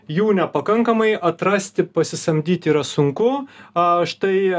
jų nepakankamai atrasti pasisamdyti yra sunku a štai